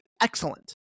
excellent